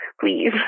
please